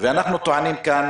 ואנחנו טוענים כאן